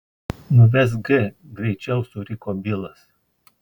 nuvesk g greičiau suriko bilas